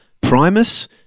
Primus